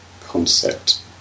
concept